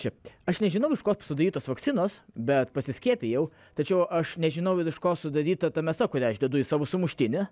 čia aš nežinau iš ko sudarytos vakcinos bet pasiskiepijau tačiau aš nežinau ir iš ko sudaryta ta mėsa kurią aš dedu į savo sumuštinį